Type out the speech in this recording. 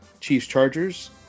Chiefs-Chargers